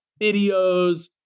videos